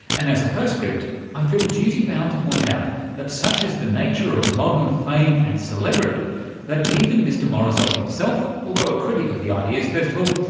and as a post-script i feel duty bound to point out that such is the nature of modern fame and celebrity that even mr morozov himself, although a critic of the ideas festival,